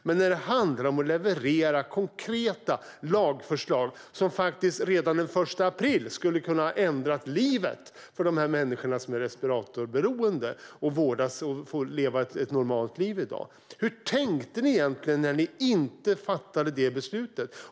Här handlade det om att leverera konkreta lagförslag som faktiskt redan den 1 april skulle ha kunnat förändra livet för de människor som är respiratorberoende så att de får vårdas och leva ett normalt liv i dag. Hur tänkte ni egentligen när ni inte fattade det beslutet?